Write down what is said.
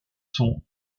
sont